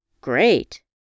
great